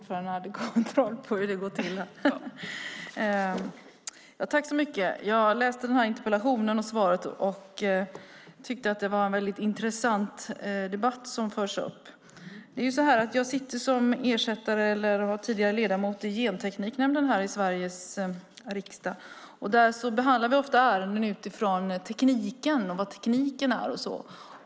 Fru talman! Jag har läst interpellationen och svaret och tycker att det är en intressant debatt som förs. Jag sitter som ersättare och var tidigare ledamot i Gentekniknämnden i Sveriges riksdag. Där behandlar vi ofta ärenden utifrån tekniken och vad tekniken är.